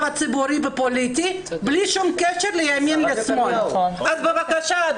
הציבורי והפוליטי בלי שום קשר לימין ושמאל בבקשה,